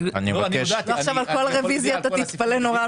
רוויזיה על הכול.